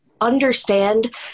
understand